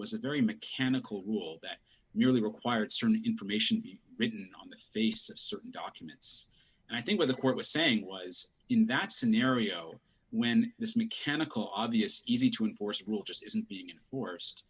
was a very mechanical rule that merely required certain information be written on the face of certain documents and i think what the court was saying was in that scenario when this mechanical obvious easy to enforce rule just isn't being enforced